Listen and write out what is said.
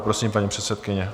Prosím, paní předsedkyně.